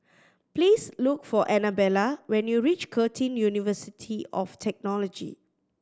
please look for Anabella when you reach Curtin University of Technology